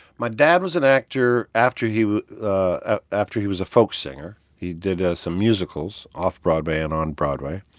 my dad was an actor after he ah after he was a folk singer. he did ah some musicals off broadway and on broadway.